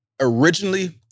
originally